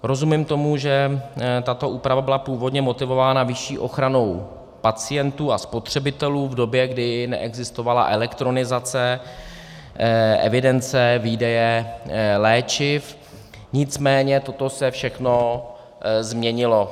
Rozumím tomu, že tato úprava byla původně motivována vyšší ochranou pacientů a spotřebitelů v době, kdy neexistovala elektronizace evidence výdeje léčiv, nicméně toto se všechno změnilo.